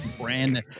brand